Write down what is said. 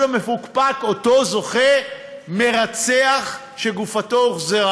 המפוקפק שלו זוכה מרצח שגופתו הוחזרה,